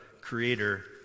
Creator